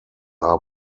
are